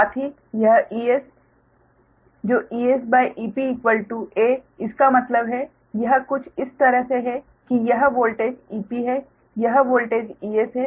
साथ ही यह Es Es EP a इसका मतलब है यह कुछ इस तरह से है कि यह वोल्टेज Ep है यह वोल्टेज Es है